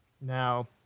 Now